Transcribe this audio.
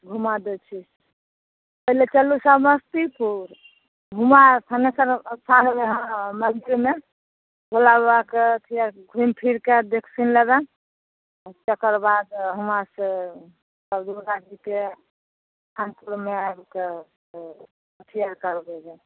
घुमा दै छी पहिले चलू समस्तीपुर हुआँ थनेश्वर अस्थानमे हँ मन्दिरमे भोलाबाबाके छिए घुमि फिरिकऽ देखसुनि लेबनि तकरबाद हुवाँसँ दुर्गाजीके खनपुमे आबिकऽ